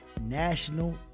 National